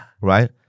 Right